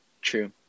True